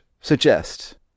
suggest